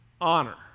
honor